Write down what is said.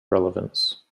relevance